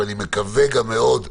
ואני מקווה גם מאוד שלעתיד.